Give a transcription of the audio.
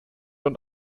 und